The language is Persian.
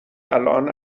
الان